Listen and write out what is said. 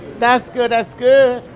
that's good, that's good!